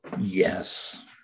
yes